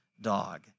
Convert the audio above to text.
dog